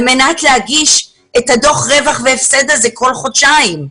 מנת להגיש דוח רווח והפסד כל חודשיים.